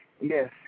yes